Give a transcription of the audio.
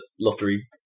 lottery